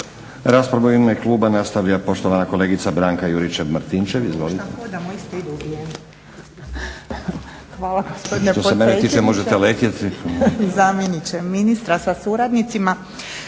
Raspravu u ime kluba nastavlja poštovana kolegica Banka Juričev-Martinčev.